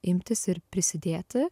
imtis ir prisidėti